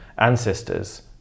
ancestors